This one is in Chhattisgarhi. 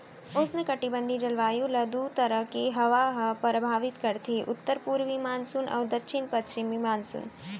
उस्नकटिबंधीय जलवायु ल दू तरह के हवा ह परभावित करथे उत्तर पूरवी मानसून अउ दक्छिन पस्चिम मानसून